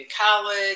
college